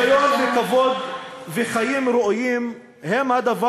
שוויון וכבוד וחיים ראויים הם הדבר